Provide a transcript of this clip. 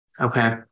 Okay